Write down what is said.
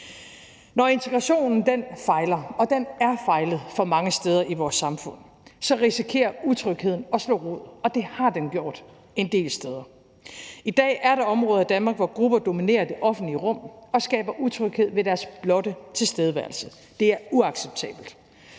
Når integrationen fejler – og den er fejlet for mange steder i vores samfund – risikerer vi, at utrygheden slår rod, og det har den gjort en del steder. I dag er der områder i Danmark, hvor grupper dominerer det offentlige rum og skaber utryghed ved deres blotte tilstedeværelse. Det er uacceptabelt.